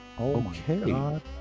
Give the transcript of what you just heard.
Okay